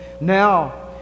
Now